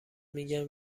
میگم